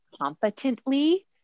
competently